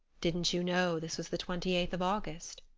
didn't you know this was the twenty-eighth of august?